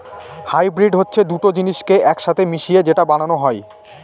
hybrid হচ্ছে দুটো জিনিসকে এক সাথে মিশিয়ে যেটা বানানো হয়